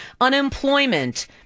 Unemployment